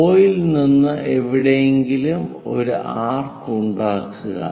O ൽ നിന്ന് എവിടെയെങ്കിലും ഒരു ആർക് ഉണ്ടാക്കുക